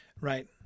right